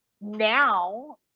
now